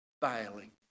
bailing